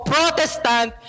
Protestant